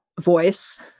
voice